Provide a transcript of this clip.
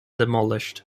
demolished